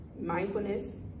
mindfulness